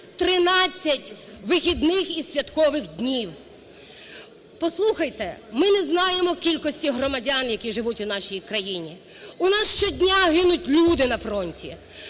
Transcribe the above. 13 вихідних і святкових днів. Послухайте, ми не знаємо кількості громадян, які живуть у нашій країні. У нас щодня гинуть люди на фронті.